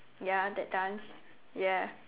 ya that dance ya